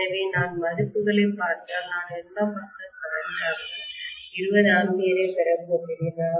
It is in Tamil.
எனவே நான் மதிப்புகளைப் பார்த்தால் நான் இரண்டாம் பக்க கரெண்ட் ஆக 20 A ஐப் பெறப்போகிறேன்